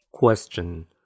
Question